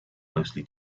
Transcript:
mostly